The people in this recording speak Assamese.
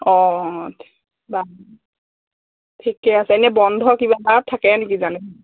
অঁ বাৰু ঠিকেই আছে এনেই বন্ধ কিবা এটা থাকে নেকি জানে